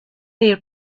new